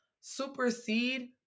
supersede